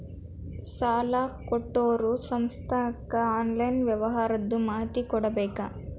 ಸಾಲಾ ಕೊಟ್ಟಿರೋ ಸಂಸ್ಥಾಕ್ಕೆ ಆನ್ಲೈನ್ ವ್ಯವಹಾರದ್ದು ಮಾಹಿತಿ ಕೊಡಬೇಕಾ?